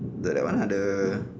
the that one ah the